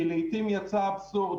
כי לעיתים יצא אבסורד,